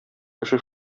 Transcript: кеше